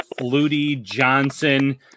Flutie-Johnson